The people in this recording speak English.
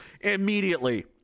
immediately